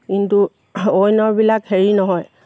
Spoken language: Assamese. কিন্তু অইনৰবিলাক হেৰি নহয়